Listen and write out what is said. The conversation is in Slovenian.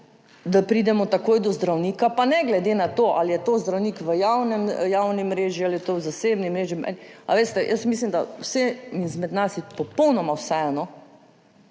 da pridemo takoj do zdravnika, pa ne glede na to, ali je to zdravnik v javni mreži ali je to v zasebni mreži. Jaz mislim, da je vsem izmed nas popolnoma vseeno,